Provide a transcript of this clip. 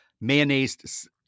mayonnaise